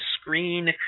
screen